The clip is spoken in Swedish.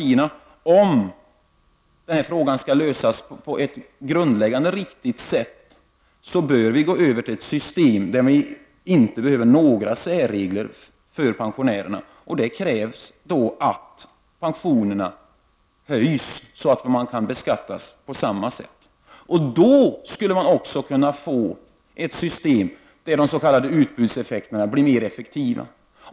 För att dessa frågor skall kunna lösas på ett i grunden riktigt sätt bör vi gå över till ett system utan några som helst särregler för pensionärerna, och för detta krävs att pensionerna höjs. Då kan man ta ut beskattningen på samma sätt. Då skulle man också kunna få ett system där de s.k. utbudseffekterna blir mer effektiva.